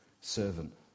servant